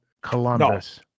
Columbus